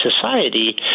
society